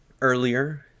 earlier